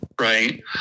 Right